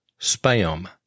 spam